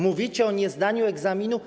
Mówicie o niezdaniu egzaminu.